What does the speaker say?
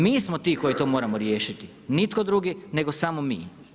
Mi smo ti koji trebamo riješiti, nitko drugi nego samo mi.